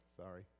sorry